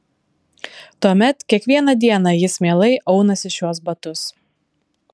tuomet kiekvieną dieną jis mielai aunasi šiuos batus